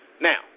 Now